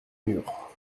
mur